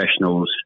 professionals